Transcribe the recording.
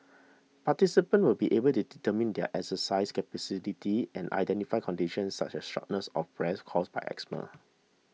participants will be able to determine their exercise capacity and identify conditions such as shortness of breath caused by asthma